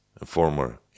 former